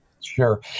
Sure